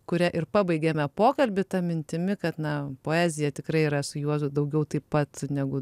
kuria ir pabaigėme pokalbį ta mintimi kad na poezija tikrai yra su juozu daugiau taip pat negu